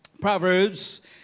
proverbs